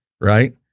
Right